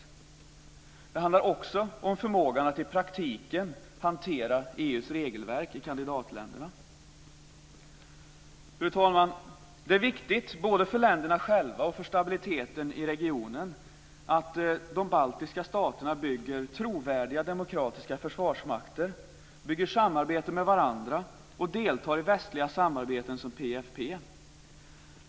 Det handlar också om förmågan att i praktiken hantera Fru talman! Det är viktigt, både för länderna själva och för stabiliteten i regionen att de baltiska staterna bygger trovärdiga demokratiska försvarsmakter, samarbetar med varandra och deltar i västliga samarbeten som PFP.